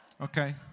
Okay